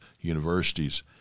universities